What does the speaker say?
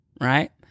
right